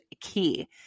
key